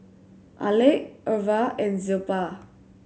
Alek Irva and Zilpah